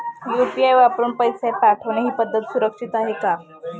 UPI वापरून पैसे पाठवणे ही पद्धत सुरक्षित आहे का?